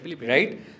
right